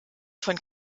von